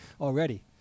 already